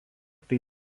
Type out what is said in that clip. tai